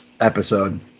episode